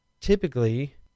typically